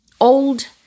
old